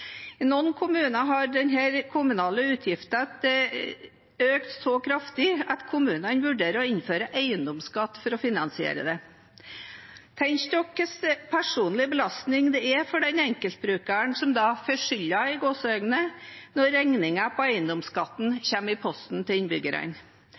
noen kommuner har denne kommunale utgiften økt så kraftig at kommunene vurderer å innføre eiendomsskatt for å finansiere det. Tenk dere hvilken personlig belastning det er for den enkeltbrukeren som da får «skylda» når regningen for eiendomsskatten kommer i